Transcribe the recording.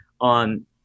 On